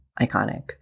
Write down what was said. iconic